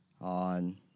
on –